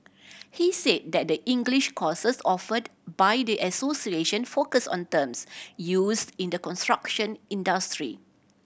he said that the English courses offered by the association focus on terms used in the construction industry